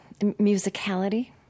musicality